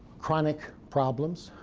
chronic problems,